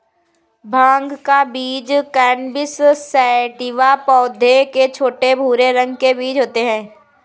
भाँग का बीज कैनबिस सैटिवा पौधे के छोटे, भूरे रंग के बीज होते है